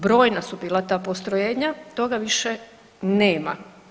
Brojna su bila ta postrojenja, toga više nema.